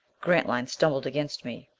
grantline stumbled against me.